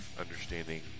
understanding